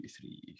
three